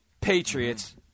Patriots